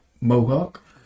mohawk